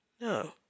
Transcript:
No